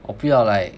我不要 like